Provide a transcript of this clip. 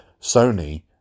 Sony